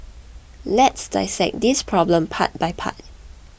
let's dissect this problem part by part